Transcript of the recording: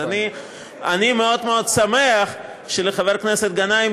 אז אני מאוד מאוד שמח שלחבר הכנסת גנאים